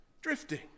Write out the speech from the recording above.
Drifting